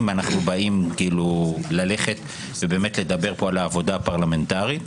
אם אנחנו באים לדבר פה על העבודה הפרלמנטרית.